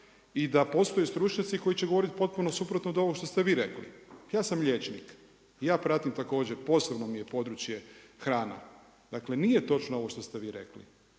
i da postoje stručnjaci koji će govoriti potpuno suprotno od ovog što ste vi rekli. Ja sam liječnik i ja pratim također, posebno mi je područje hrana. Dakle, nije točno ovo što ste vi rekli,